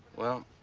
well,